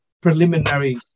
preliminary